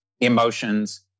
emotions